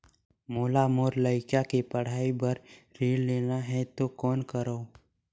मोला मोर लइका के पढ़ाई बर ऋण लेना है तो कौन करव?